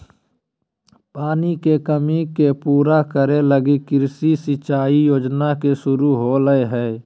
पानी के कमी के पूरा करे लगी कृषि सिंचाई योजना के शुरू होलय हइ